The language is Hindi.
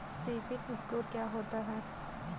सिबिल स्कोर क्या होता है?